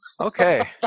okay